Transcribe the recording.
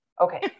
okay